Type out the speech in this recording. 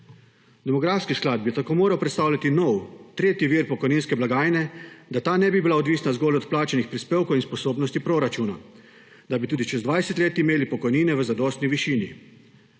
Demografski sklad bi tako moral predstavljati nov, tretji vir pokojninske blagajne, da ta ne bi bila odvisna zgolj od plačanih prispevkov in sposobnosti proračuna, da bi tudi čez 20 let imeli pokojnine v zadostni višini.